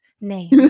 name